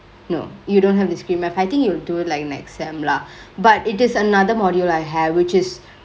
no you don't have discrete math I think you do like next sem lah but it is another module I have which is